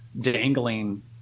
dangling